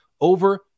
over